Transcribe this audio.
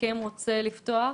ערן יוסף, בבקשה.